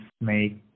make